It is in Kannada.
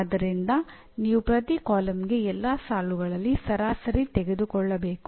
ಆದ್ದರಿಂದ ನೀವು ಪ್ರತಿ ಕಾಲಮ್ಗೆ ಎಲ್ಲಾ ಸಾಲುಗಳಲ್ಲಿ ಸರಾಸರಿ ತೆಗೆದುಕೊಳ್ಳಬೇಕು